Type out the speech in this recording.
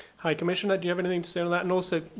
high commissioner, do you have anything to say on that, and also,